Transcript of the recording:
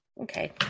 Okay